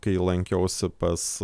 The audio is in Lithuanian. kai lankiausi pas